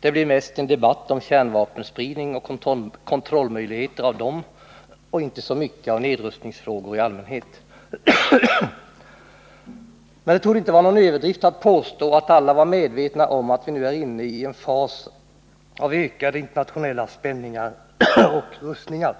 Det blev mest en debatt om kärnvapenspridningen och möjligheterna till kontroll av den och inte så mycket om nedrustningsfrågor i allmänhet. Men det torde inte vara någon överdrift att påstå att alla var medvetna om att vi nu är inne i en fas av ökade internationella spänningar och rustningar.